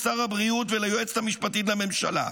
לשר הבריאות וליועצת המשפטית לממשלה,